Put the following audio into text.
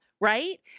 right